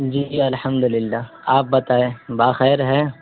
جی الحمد للہ آپ بتائیں باخیر ہے